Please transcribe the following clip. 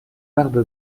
barbe